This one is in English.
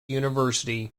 university